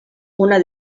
una